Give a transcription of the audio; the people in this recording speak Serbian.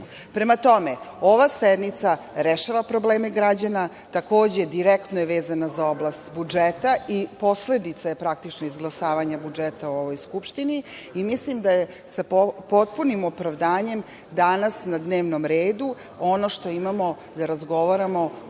tome, ova sednica rešava probleme građana, takođe direktno je vezana za oblast budžeta i posledica je praktično izglasavanja budžeta u ovoj Skupštini i mislim da je sa potpunim opravdanjem danas na dnevnom redu ono što imamo da razgovaramo